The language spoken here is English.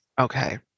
okay